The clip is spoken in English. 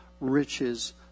riches